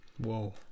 Whoa